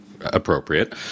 appropriate